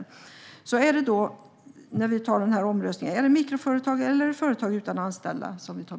I samband med omröstningen vill vi veta om vi fattar beslut om mikroföretag eller företag utan anställda.